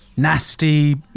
Nasty